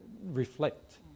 reflect